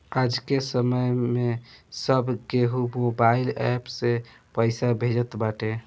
आजके समय में सब केहू मोबाइल एप्प से पईसा भेजत बाटे